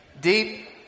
deep